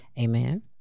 Amen